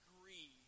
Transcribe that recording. agree